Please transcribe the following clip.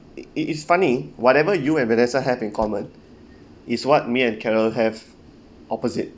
it it is funny whatever you and vanessa have in common is what me and carol have opposite